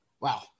Wow